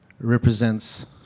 represents